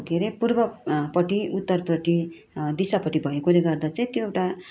के अरे पूर्वपट्टि उत्तरपट्टि दिशापट्टि भएकोले गर्दा चाहिँ त्यो एउटा